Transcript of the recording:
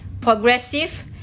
Progressive